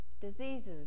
diseases